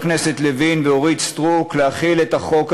הכנסת לוין ואורית סטרוק להחיל את החוק היהודי,